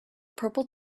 purple